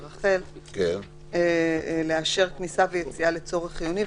רח"ל לאשר כניסה ויציאה לצורך חיוני,